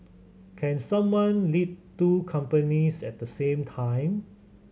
can someone lead two companies at the same time